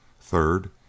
Third